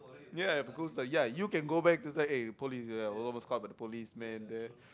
ya because like ya you can go back just like eh police here almost got caught by the policeman there